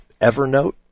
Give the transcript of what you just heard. Evernote